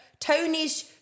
Tony's